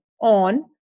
on